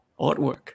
artwork